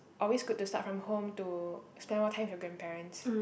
always good to start from home to spend more time with your grandparents